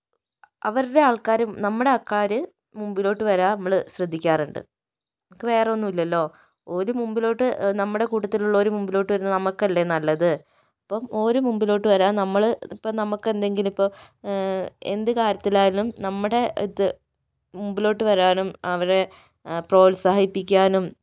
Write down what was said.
അവരുടെ ആൾക്കാരും നമ്മുടെ ആൾക്കാർ മുമ്പിലോട്ട് വരിക നമ്മൾ ശ്രദ്ധിക്കാറുണ്ട് നമുക്ക് വേറെ ഒന്നുമില്ലല്ലോ ഓരു മുമ്പിലോട്ട് നമ്മുടെ കൂട്ടത്തിലുള്ളവർ മുമ്പിലോട്ട് വരുന്നത് നമുക്കല്ലേ നല്ലത് ഇപ്പോൾ ഓര് മുമ്പിലോട്ട് വരിക നമ്മൾ ഇപ്പം നമുക്കെന്തെങ്കിലും ഇപ്പം എന്ത് കാര്യത്തിലായാലും നമ്മുടെ ഇത് മുൻപിലോട്ട് വരാനും അവരെ പ്രോത്സാഹിപ്പിക്കാനും